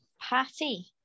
Patty